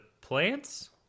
plants